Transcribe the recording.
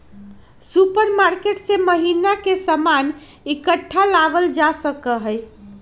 supermarket से महीना के सामान इकट्ठा लावल जा सका हई